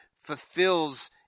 fulfills